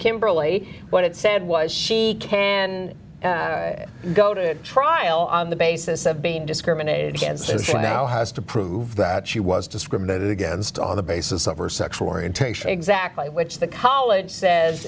kimberly what it said was she can go to trial on the basis of being discriminated against because now has to prove that she was discriminated against on the basis of or sexual orientation exactly which the college says